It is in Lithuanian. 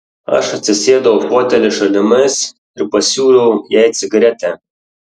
aš atsisėdau į fotelį šalimais ir pasiūliau jai cigaretę